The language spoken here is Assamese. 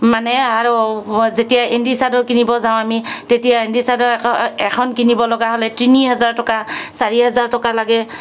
মানে আৰু যেতিয়াই এণ্ডি চাদৰ কিনিব যাওঁ আমি তেতিয়া এণ্ডি চাদৰ এখন এখন কিনিব লগা হ'লে তিনি হাজাৰ টকা চাৰি হাজাৰ টকা লাগে